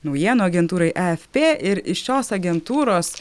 naujienų agentūrai afp ir iš šios agentūros